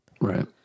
Right